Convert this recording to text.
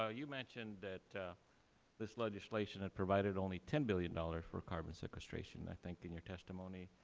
ah you mentioned that this legislation had provided only ten billion dollars for carbon sequestration, i think, in your testimony.